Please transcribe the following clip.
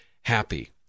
happy